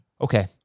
Okay